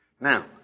Now